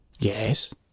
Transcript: Yes